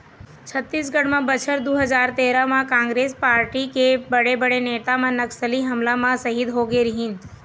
छत्तीसगढ़ म बछर दू हजार तेरा म कांग्रेस पारटी के बड़े बड़े नेता मन नक्सली हमला म सहीद होगे रहिन